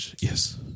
Yes